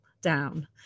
down